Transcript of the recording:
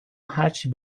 هرچی